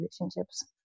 relationships